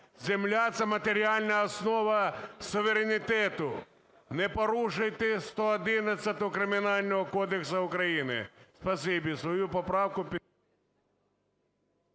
земля – це матеріальна основа суверенітету, не порушуйте 111-у Кримінального кодексу України.